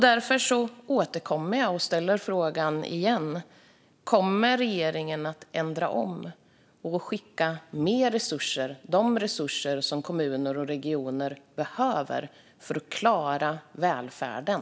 Därför återkommer jag och ställer frågan igen: Kommer regeringen att ändra om och skicka mer resurser - de resurser som kommuner och regioner behöver för att klara välfärden?